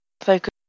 focus